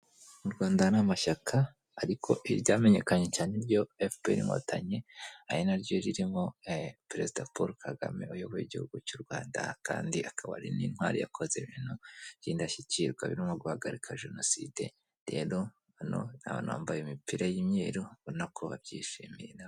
U Rwanda harimo amashyaka ariko iryamenyekanye cyane ryo FPR inkotanyi ari naryo ririmo Perezida Paul Kagame wayoboye igihugu cy'u rwanda kandi akaba ari n'intwari yakoze ibintu by'indashyikirwa birimo guhagarika jenoside, rero abantu bambaye imipira y'imyeru ubona ko babyishimiye.